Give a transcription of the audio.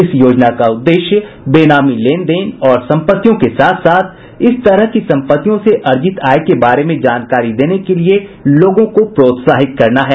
इस योजना का उद्देश्य बेनामी लेन देन और सम्पत्तियों के साथ साथ इस तरह की सम्पत्तियों से अर्जित आय के बारे में जानकारी देने के लिए लोगों को प्रोत्साहित करना है